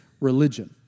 religion